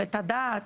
את הדת,